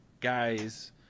guys